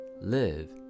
live